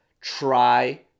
try